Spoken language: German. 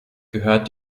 gehört